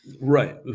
Right